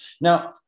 Now